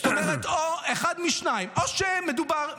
זאת אומרת אחד משניים: או שמדובר --- תודה רבה.